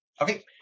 Okay